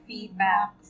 Feedback